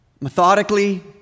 methodically